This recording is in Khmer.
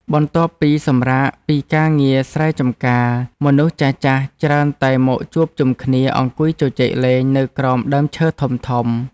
បន្ទាប់ពីសម្រាកពីការងារស្រែចម្ការ មនុស្សចាស់ៗច្រើនតែមកជួបជុំគ្នាអង្គុយជជែកលេងនៅក្រោមដើមឈើធំៗ។